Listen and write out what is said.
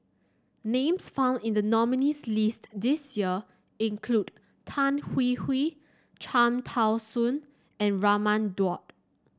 names found in the nominees' list this year include Tan Hwee Hwee Cham Tao Soon and Raman Daud